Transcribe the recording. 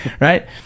right